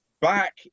back